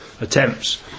Attempts